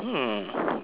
anything